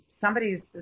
somebody's